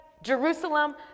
Jerusalem